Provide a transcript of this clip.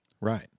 Right